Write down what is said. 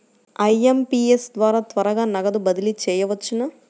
IMPS ద్వారా త్వరగా నగదు బదిలీ చేయవచ్చునా?